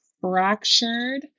fractured